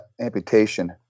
amputation